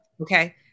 Okay